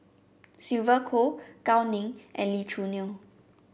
Sylvia Kho Gao Ning and Lee Choo Neo